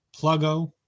Pluggo